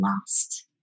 lost